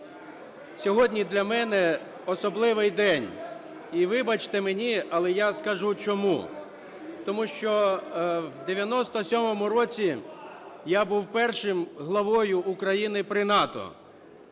Сьогодні для мене особливий день і, вибачте мені, але я скажу, чому. Тому що в 1997 році я був першим главою України при НАТО.